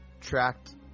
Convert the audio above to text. tracked